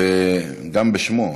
וגם בשמו,